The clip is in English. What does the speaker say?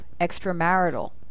extramarital